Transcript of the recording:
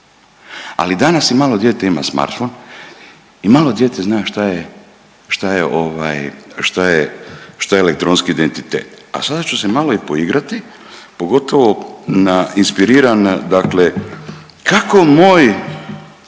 Ali danas i malo dijete ima smartphone i malo dijete zna šta je elektronski identitet. A sada ću se malo i poigrati, pogotovo na, inspiriran dakle kako moj